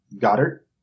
Goddard